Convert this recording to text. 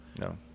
No